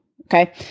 okay